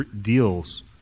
deals